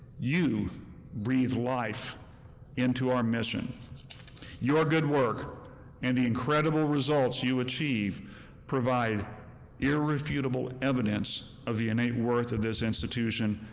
you breathe life into our mission your good work and the incredible results you achieve provide irrefutable evidence of the innate worth of this institution,